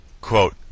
Quote